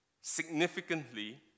Significantly